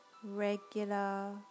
Regular